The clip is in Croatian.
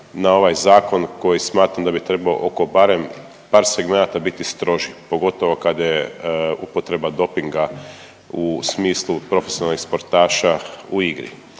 na ovaj zakon koji smatram da bi trebao oko barem par segmenata biti stroži, pogotovo kada je upotreba dopinga u smislu profesionalnih sportaša u igri.